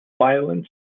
violence